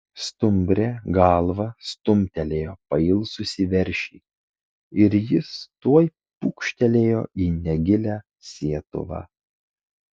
stumbrė galva stumtelėjo pailsusį veršį ir jis tuoj pūkštelėjo į negilią sietuvą